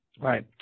Right